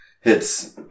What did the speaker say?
hits